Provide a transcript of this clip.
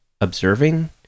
observing